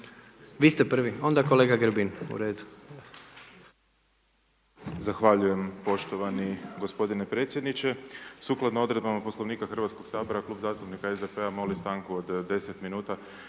Vi ste prvi? Ona kolega Grbin, u redu.